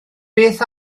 beth